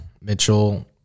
Mitchell